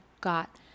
got